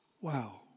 Wow